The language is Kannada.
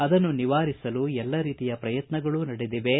ಅದನ್ನು ನಿವಾರಿಸಲು ಎಲ್ಲ ರೀತಿಯ ಪ್ರಯತ್ನಗಳು ನಡೆದಿವೆ